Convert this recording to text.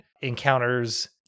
encounters